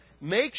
make